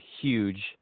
huge